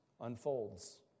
unfolds